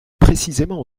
précisément